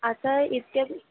आता इतक्यात